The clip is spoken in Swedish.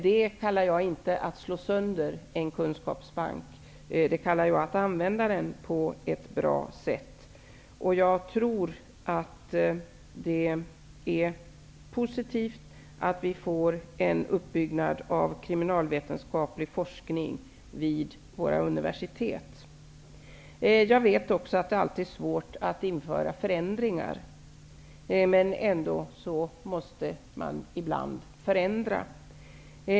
Det kallar jag inte att slå sönder en kunskapsbank, utan det kallar jag att använda den på ett bra sätt. Jag tror att det är positivt att vi får en uppbyggnad av kriminalvetenskaplig forskning vid våra universitet. Jag vet att det alltid är svårt att införa förändringar, men ändå måste man ibland förändra.